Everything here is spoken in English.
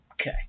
Okay